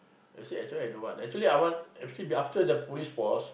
I say actually I don't want actually I want f~ after the Police Force